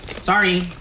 Sorry